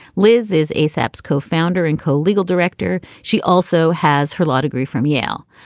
liz is a seps co-founder and co legal director. she also has her law degree from yale.